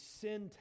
sin